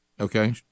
okay